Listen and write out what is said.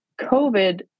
COVID